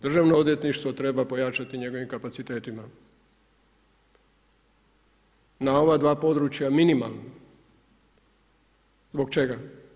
Državno odvjetništvo treba pojačati njegovim kapacitetima, na ova dva područja minimalno, zbog čega?